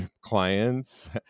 clients